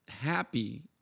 happy